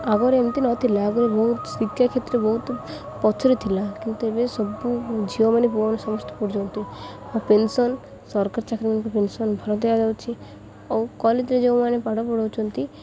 ଆଗରେ ଏମିତି ନଥିଲା ଆଗରେ ବହୁତ ଶିକ୍ଷା କ୍ଷେତ୍ରରେ ବହୁତ ପଛରେ ଥିଲା କିନ୍ତୁ ଏବେ ସବୁ ଝିଅମାନେ ପୁଅମାନେ ସମସ୍ତେ ପଢ଼ୁଛନ୍ତି ଆଉ ପେନ୍ସନ୍ ସରକାର ଚାକିରି ମାନଙ୍କୁ ପେନ୍ସନ୍ ଭଲ ଦିଆଯାଉଛି ଆଉ କଲେଜରେ ଯେଉଁମାନେ ପାଠ ପଢ଼ାଉଛନ୍ତି